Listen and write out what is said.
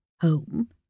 home